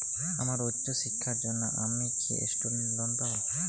আমার উচ্চ শিক্ষার জন্য আমি কি স্টুডেন্ট লোন পাবো